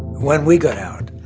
when we got out